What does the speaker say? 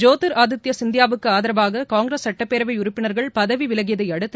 ஜோதிர் ஆதித்யா சிந்தியாவுக்கு ஆதரவாக காங்கிரஸ் சட்டப்பேரவை உறுப்பினா்கள் பதவி விலகியதை அடுத்து